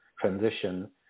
transition